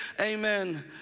amen